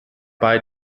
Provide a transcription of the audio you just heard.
bei